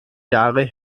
jahre